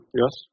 yes